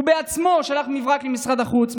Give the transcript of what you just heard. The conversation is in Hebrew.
הוא בעצמו שלח מברק למשרד החוץ.